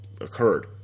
occurred